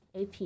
AP